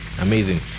Amazing